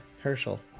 Herschel